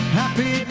happy